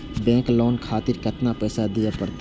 Bank loan खातीर केतना पैसा दीये परतें?